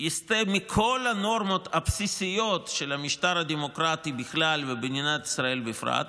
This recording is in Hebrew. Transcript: שיסטה מכל הנורמות הבסיסיות של המשטר הדמוקרטי בכלל ובמדינת ישראל בפרט,